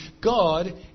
God